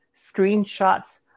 screenshots